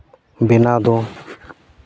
ᱵᱮᱱᱟᱣ ᱫᱚ